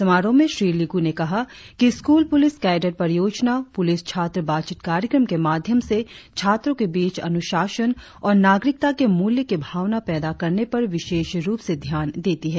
समारोह में श्री लिगु ने कहा कि स्कूल पुलिस कैडेट परियोजना पुलिस छात्र बातचीत कार्यक्रम के माध्यम से छात्रों के बीच अनुशासन और नागरिक मूल्य की भावना पैदा करने पर विशेष रुप से ध्यान देती है